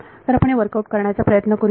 तर आपण हे वर्कआउट करण्याचा प्रयत्न करूया